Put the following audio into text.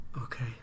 Okay